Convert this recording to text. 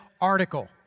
article